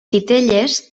titelles